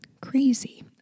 crazy